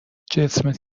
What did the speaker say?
جسمت